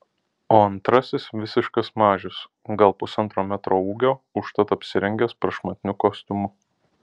o antrasis visiškas mažius gal pusantro metro ūgio užtat apsirengęs prašmatniu kostiumu